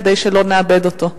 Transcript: כדי שלא נאבד אותו.